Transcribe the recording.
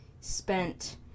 spent